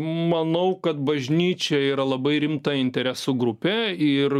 manau kad bažnyčia yra labai rimta interesų grupė ir